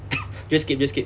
jadescape jadescape